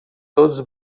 todos